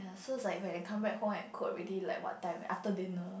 so is like when I come back home and cook already like what time after dinner